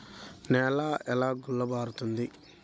నేల ఎలా గుల్లబారుతుంది?